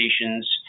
stations